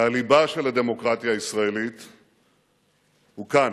והליבה של הדמוקרטיה הישראלית היא כאן,